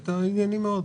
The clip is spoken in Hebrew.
היית ענייני מאוד.